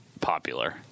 popular